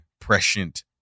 prescient